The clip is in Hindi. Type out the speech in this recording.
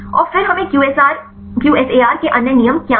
और फिर हमें QSAR के अन्य नियम क्या हैं